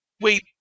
wait